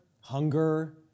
Hunger